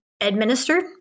administered